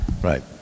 Right